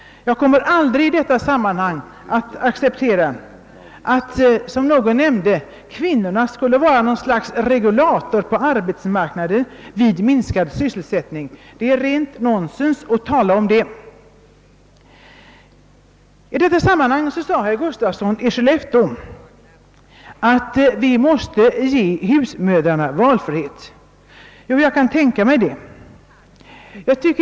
Jag kommer i detta sammanhang aldrig att acceptera att, som någon nämnde, kvinnorna skulle vara något slags regulator på arbetsmarknaden vid en minskad sysselsättning. Det är rent nonsens att tala om det. I detta sammanhang sade herr Gustafsson i Skellefteå att vi måste ge husmödrarna valfrihet. Jo, det kan jag tänka mig!